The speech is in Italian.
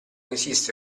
esiste